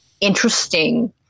interesting